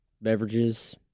beverages